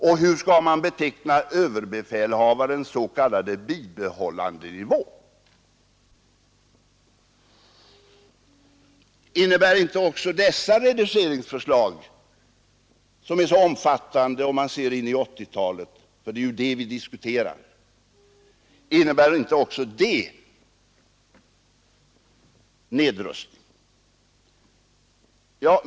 Och hur skall man beteckna överbefälhavarens bibehållandenivå? Innebär inte också dessa reduceringsförslag, som är så omfattande om man ser in i 1980-talet — och det är ju det vi diskuterar — en nedrustning?